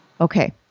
Okay